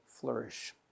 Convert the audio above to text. flourish